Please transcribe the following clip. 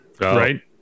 right